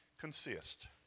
consist